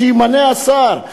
שימנה השר,